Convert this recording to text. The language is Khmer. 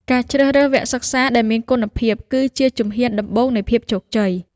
ការជ្រើសរើសវគ្គសិក្សាដែលមានគុណភាពគឺជាជំហានដំបូងនៃភាពជោគជ័យ។